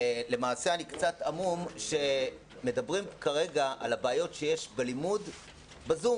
למעשה אני קצת המום שמדברים כרגע על הבעיות שיש בלימוד בזום,